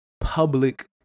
public